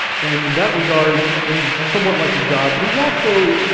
and in that regard, he's somewhat like a god, but he's also,